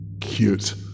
Cute